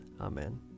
Amen